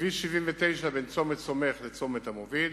כביש 79 בין צומת סומך לצומת המוביל,